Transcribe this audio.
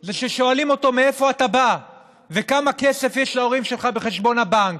אלא שואלים אותו: מאיפה אתה בא וכמה כסף יש להורים שלך בחשבון הבנק.